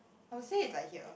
I'll say it's like here